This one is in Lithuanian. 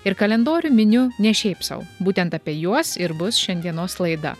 ir kalendorių miniu ne šiaip sau būtent apie juos ir bus šiandienos laida